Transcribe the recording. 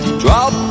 drop